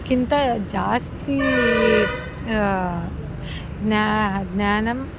किन्तु जास्ती ज्ञा ज्ञानम्